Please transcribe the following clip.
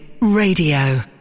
Radio